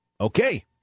Okay